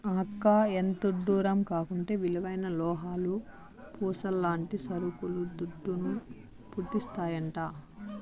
అక్కా, ఎంతిడ్డూరం కాకుంటే విలువైన లోహాలు, పూసల్లాంటి సరుకులు దుడ్డును, పుట్టిస్తాయంట